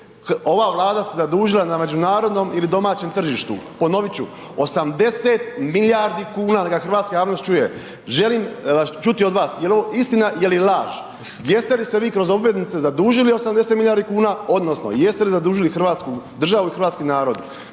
ova Vlada se zadužila na međunarodnom ili domaćem tržištu. Ponoviti ću 80 milijardi kuna da hrvatska javnost čuje. Želim čuti od vas je li ovo istina, je li laž. Jeste li se vi kroz obveznice zadužili 80 milijardi kuna odnosno jeste li zadužili Hrvatsku državu i hrvatski narod?